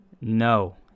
No